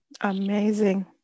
Amazing